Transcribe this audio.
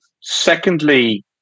Secondly